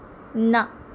ਨਾ